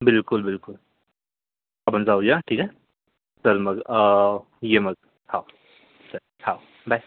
बिलकुल बिलकुल आपण जाऊया ठीक आहे चल मग ये मग हो चल हो बाय